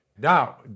Now